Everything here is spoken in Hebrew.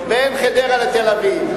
בין חדרה לתל-אביב.